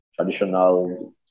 traditional